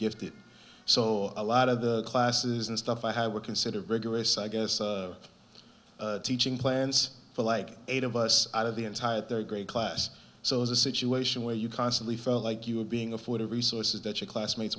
gifted so a lot of the classes and stuff i had were considered rigorous i guess teaching plans for like eight of us out of the entire their grade class so as a situation where you constantly felt like you were being afraid of resources that your classmates